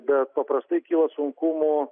bet paprastai kyla sunkumų